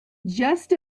just